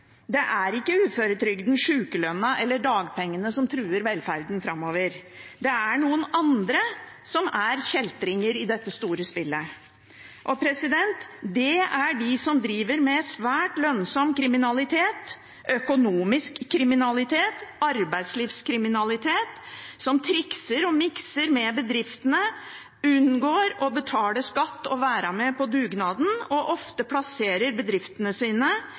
Det er ikke uføretrygden, sykelønnen eller dagpengene som truer velferden framover. Det er noen andre som er kjeltringer i dette store spillet. Det er de som driver med svært lønnsom kriminalitet – økonomisk kriminalitet og arbeidslivskriminalitet – som trikser og mikser med bedriftene, og som unngår å betale skatt og være med på dugnaden og ofte plasserer bedriftene sine